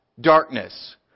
darkness